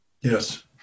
Yes